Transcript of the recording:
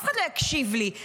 אף אחד לא יקשיב לי.